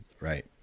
Right